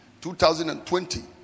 2020